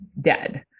dead